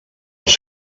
els